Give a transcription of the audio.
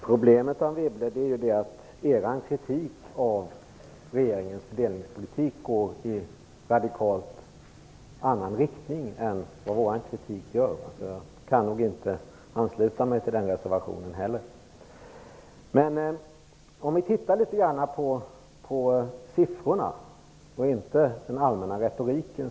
Fru talman! Problemet är ju att er kritik av regeringens fördelningspolitik går i helt annan riktning än vår, Anne Wibble. Därför kan jag nog inte ansluta mig till den reservationen. Låt oss titta litet på siffrorna och inte bara hålla oss till den allmänna retoriken!